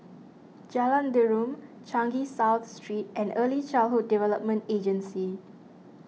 Jalan Derum Changi South Street and Early Childhood Development Agency